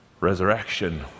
resurrection